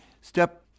step